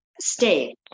stay